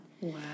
Wow